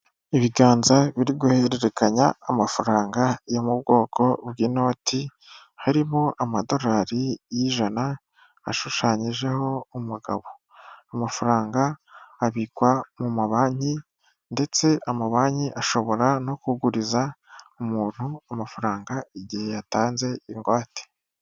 Ibiganza biri guhererekanya amafaranga yo mu bwoko bw'inoti, harimo amadolari y'ijana ashushanyijeho umugabo, amafaranga abikwa mu mabanki ndetse amabanki ashobora no kuguriza umuntu amafaranga igihe yatanze ingwate.